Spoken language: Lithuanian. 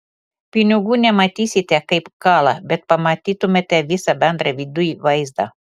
pinigų nematysite kaip kala bet pamatytumėte visą bendrą viduj vaizdą